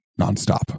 nonstop